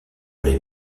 les